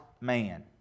man